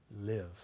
live